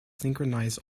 synchronize